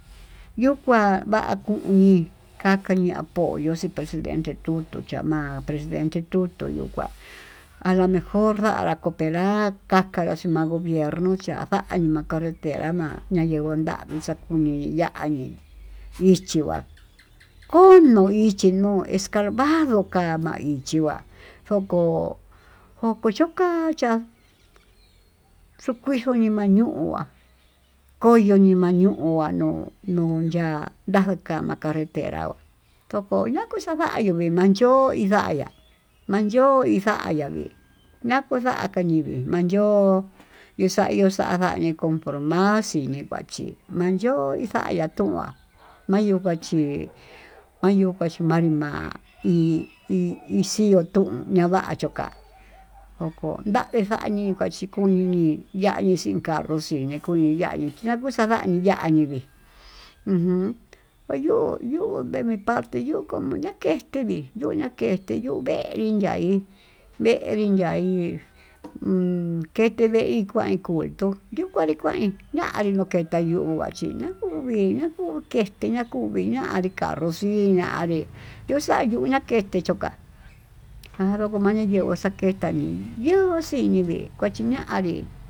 Yuu kuá va'a kuñii nakaya yo'oko xhín presidente tutu llama presidente tutu yuu kuá, alomejor nra'ara coperar akakanrá xhí mal gobierno cha'á vayuu ma'a carretera ma'a nayinguó nramii xakuni ya'á ñii ichí va'á kono ichí nuu exkavandó namá ichí va'á njoko njoko chokachi'a xukuijuu ñuu mañu'á koyo ñuu mayukua ñuu nunya'a yakamaka carretera toko yokó xavayuu, vii manchó indaya'á manyo'ó indaya viinakuda kayivii mayo'o ixandió xandaya compromaxi ningua'í chí manyo'o ichaya xhu'a mayuu kachí, kuayu kaxhpi kuanrima'a hi i ixi'u tuu ñava'a choka'a ndoko nravii njañii kuachi kuñiñi ya'á nixii kayuu xí yakuxayani ñivii, uyuu yuu de mi parte komo'o yakexti vii ñakextii yu'ú veee inya hí vee iin ya'í, kete hi ni kuain kuu tuu yuka ñii kuaí ñayee nukueta yuu ngua chiña'a uvii na kuu njeté ña'a kuvii ñañi carró xii ñavii, yuu xa'a yuu ña'a chete choka'a kanduu kuñaña ño'o xaketa ñii yuu xhinivii kuachiñaví.